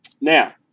Now